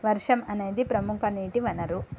వర్షం అనేదిప్రముఖ నీటి వనరు